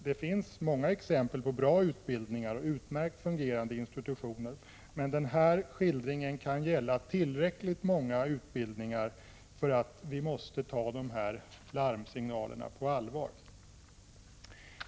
Det finns många exempel på bra utbildningar och utmärkt fungerande institutioner, men den här skildringen kan gälla tillräckligt många utbildningar för att vi måste ta dessa larmsignaler på allvar.